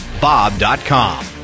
Bob.com